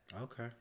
Okay